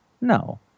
No